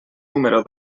número